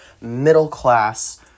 middle-class